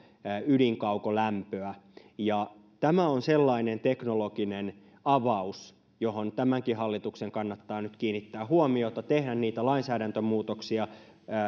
ydinkaukolämpöä ja tämä on sellainen teknologinen avaus johon tämänkin hallituksen kannattaa nyt kiinnittää huomiota tehdä niitä lainsäädäntömuutoksia